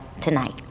tonight